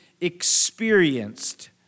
experienced